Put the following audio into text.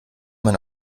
mein